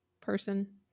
person